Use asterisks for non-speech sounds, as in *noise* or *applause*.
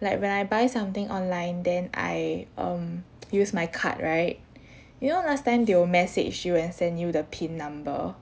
like when I buy something online then I um *noise* use my card right you know last time they will message you and send you the pin number